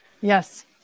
Yes